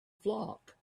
flock